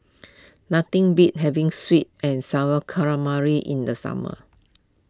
nothing beats having Sweet and Sour Calamari in the summer